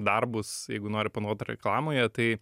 darbus jeigu nori reklamoje tai